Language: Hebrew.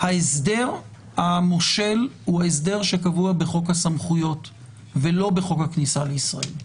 ההסדר המושל הוא ההסדר שקבוע בחוק הסמכויות ולא בחוק הכניסה לישראל.